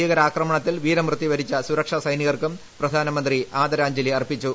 ഭീകരാക്രമണത്തിൽ വീരമൃത്യു വരിച്ച സുരക്ഷാ സൈനികർക്കും പ്രധാനമന്ത്രി ആദരാഞ്ജലി അർപ്പിച്ചു